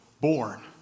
born